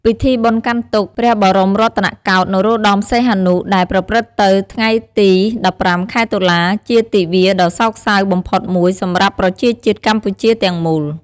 ពិធីបុណ្យកាន់ទុក្ខ ព្រះបរមរតនកោដ្ឋ នរោត្តម សីហនុ ដែលប្រព្រឹត្តទៅថ្ងៃទី ១៥ ខែ តុលា ជាទិវាដ៏សោកសៅបំផុតមួយសម្រាប់ប្រជាជាតិកម្ពុជាទាំងមូល។